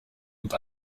und